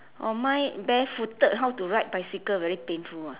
oh mine barefooted how to ride bicycle very painful